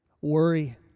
worry